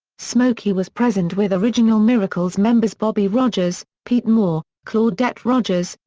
smokey was present with original miracles members bobby rogers, pete moore, claudette rogers,